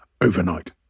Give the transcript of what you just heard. overnight